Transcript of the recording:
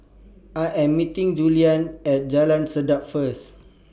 I Am meeting Juliann At Jalan Sedap First